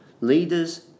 Leaders